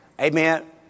Amen